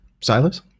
silas